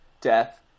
death